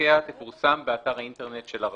ונימוקיה תפורסם באתר האינטרנט של הרשות."